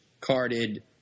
carded